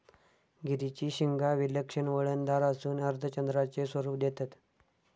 गिरीची शिंगा विलक्षण वळणदार असून अर्धचंद्राचे स्वरूप देतत